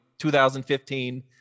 2015